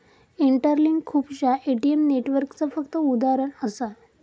interlink खुपश्या ATM नेटवर्कचा फक्त उदाहरण असा